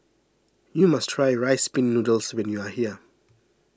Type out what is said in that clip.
you must try Rice Pin Noodles when you are here